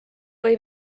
või